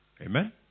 Amen